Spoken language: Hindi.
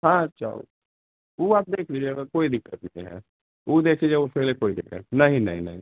हाँ चलो वह आप देख लीजिएगा कोई दिक्कत नहीं है वह देख लीजिए वह के लिए कोई दिक्कत नहीं नहीं नहीं नहीं